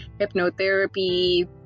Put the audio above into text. hypnotherapy